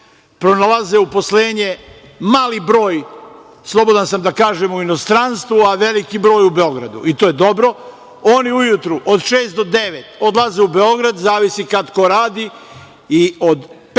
pronalaze uposlenje, mali broj, slobodan sam da kažem, u inostranstvu, a veliki broj u Beogradu. I to je dobro. Oni ujutru od šest do devet odlaze u Beograd, zavisi kad ko radi i od 15.00